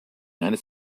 eines